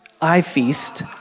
I-feast